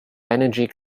energy